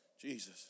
Jesus